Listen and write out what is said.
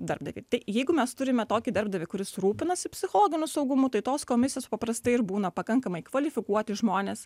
darbdaviui jeigu mes turime tokį darbdavį kuris rūpinasi psichologiniu saugumu tai tos komisijos paprastai ir būna pakankamai kvalifikuoti žmonės